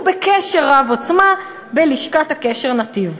הוא בקשר רב-עוצמה בלשכת הקשר "נתיב".